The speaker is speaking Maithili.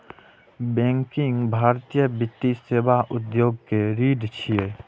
बैंकिंग भारतीय वित्तीय सेवा उद्योग के रीढ़ छियै